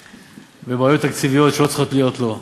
בבעיות תקציביות שלא צריכות להיות לו.